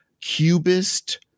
cubist